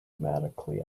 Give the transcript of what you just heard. dramatically